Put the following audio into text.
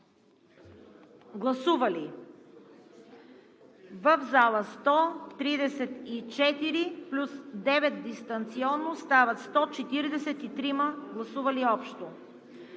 Гласували в залата 134 плюс 9 дистанционно, стават: 143 гласували общо.